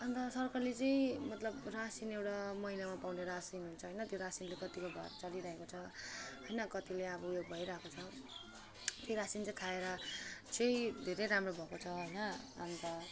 अन्त सरकारले चाहिँ मतलब रासिन एउटा महिनामा पाउने रासिन हुन्छ होइन त्यो रासिनले कतिको घर चलिराखेको छ होइन कतिले अब ऊ यो भइरहेको छ त्यो रासिन चाहिँ खाएर चाहिँ धेरै राम्रो भएको छ होइन अन्त